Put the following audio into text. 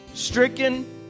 Stricken